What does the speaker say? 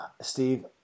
Steve